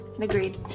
Agreed